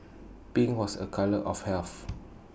pink was A colour of health